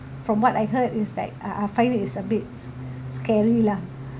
from what I heard it's like I I find it it's a bit scary lah